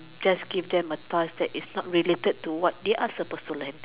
just give them a task that is not related to what they are supposed to learn